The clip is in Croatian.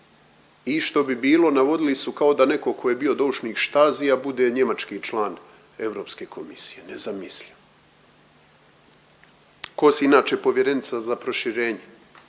i što bi bilo, navodili su kao da netko tko je bio doušnik Stazya bude njemački član Europske komisije, nezamisljiv. Kos je inače povjerenica za proširenje